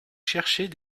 chercher